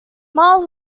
miles